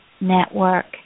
network